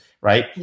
right